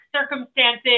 circumstances